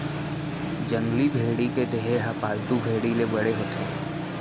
जंगली भेड़ी के देहे ह पालतू भेड़ी ले बड़े होथे